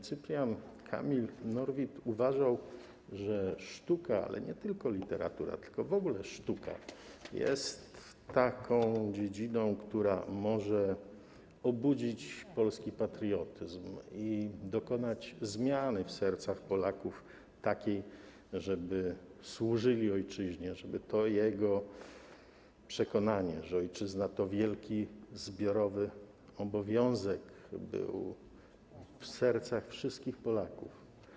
Cyprian Kamil Norwid uważał, że sztuka, ale nie tylko literatura, tylko w ogóle sztuka, jest taką dziedziną, która może obudzić polski patriotyzm i dokonać takiej zmiany w sercach Polaków, żeby służyli ojczyźnie, żeby to jego przekonanie, że ojczyzna to wielki zbiorowy obowiązek, było w sercach wszystkich Polaków.